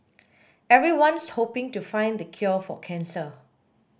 everyone's hoping to find the cure for cancer